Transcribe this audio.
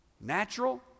Natural